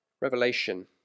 Revelation